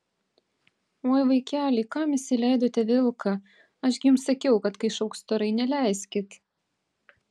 oi vaikeliai kam įsileidote vilką aš gi jums sakiau kad kai šauks storai neleiskit